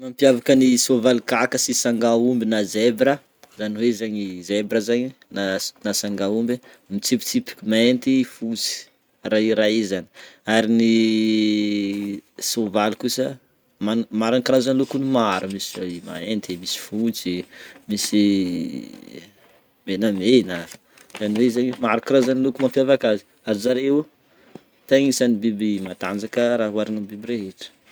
Ny Mampiavaka ny sovaly kaka sy sangaomby na zèbre, zany hoe zegny zèbre zegny na sangaomby, mitsipitsipika mainty fotsy rayé-rayé zany ary ny sovaly kosa mana- managna karazana lokony maro misy mainty misy fotsy misy menamena zany hoe zegny maro karazany loko mampiavaka azy ary zareo tegna anisan'ny biby matanjaka raha hoarina amin'ny biby rehetra.